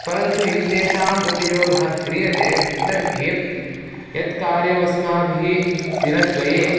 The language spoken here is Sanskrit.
परन्तु ये तेषाम् उपयोगः क्रियते तर्हि यत् कार्यमस्माभिः दिनद्वये